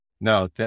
No